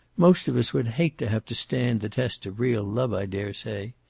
most of us would hate to have to stand the test of real love, i daresay.